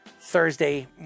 Thursday